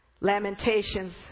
Lamentations